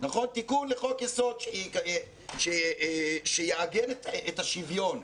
תיקון לחוק יסוד שיעגן את השוויון.